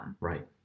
Right